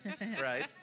right